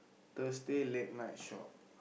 Thursday late night shop